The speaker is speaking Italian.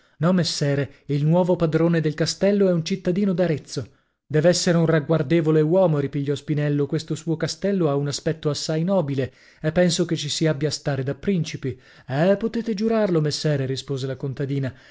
no messere il nuovo padrone del castello è un cittadino d'arezzo dev'essere un ragguardevole uomo ripigliò spinello questo suo castello ha un aspetto assai nobile e penso che ci si abbia a stare da principi eh potete giurarlo messere rispose la contadina